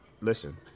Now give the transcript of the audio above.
Listen